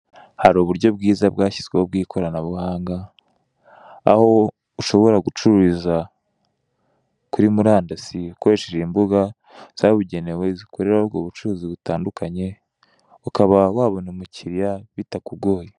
Hari uburyo bwiza bwashyizweho bw'ikoranabuhanga aho ushobora gucururiza kuri murandasi ukoresheje imbuga zabugenewe zikoreraho ubwo bucuruzi butandukanye, ukaba wabona umukiliya bitakugoye.